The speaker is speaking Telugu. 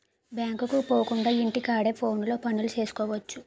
బ్యాంకుకు పోకుండా ఇంటి కాడే ఫోనులో పనులు సేసుకువచ్చు